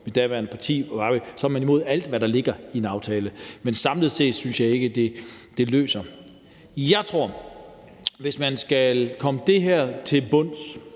mit daværende parti, så er imod alt, hvad der ligger i en aftale. Men samlet set synes jeg ikke, det løser det. Hvis man skal komme til bunds